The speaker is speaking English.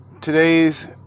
today's